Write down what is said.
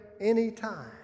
anytime